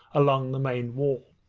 along the main wall.